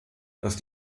dass